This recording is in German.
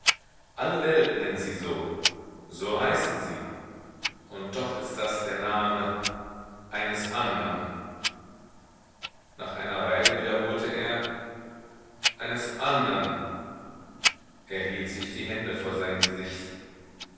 alle welt nennt sie so so heißen sie und doch ist das der name eines andern nach einer weile wiederholte er eines andern er hielt sich die hände vor sein gesicht